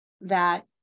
that-